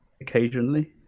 occasionally